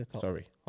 sorry